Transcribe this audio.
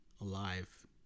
alive